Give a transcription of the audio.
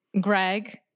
Greg